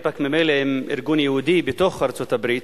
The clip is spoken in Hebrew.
איפא"ק ממילא הם ארגון יהודי בתוך ארצות-הברית,